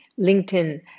linkedin